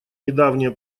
недавние